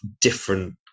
different